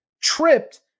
tripped